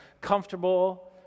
comfortable